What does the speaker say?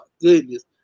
goodness